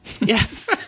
Yes